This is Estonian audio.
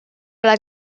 ole